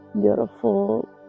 beautiful